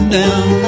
down